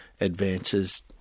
advances